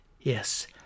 Yes